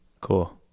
cool